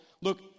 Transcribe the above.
Look